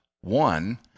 One